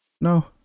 No